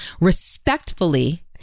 respectfully